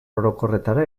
orokorretara